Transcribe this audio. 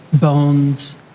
bones